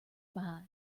buy